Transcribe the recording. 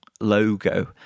logo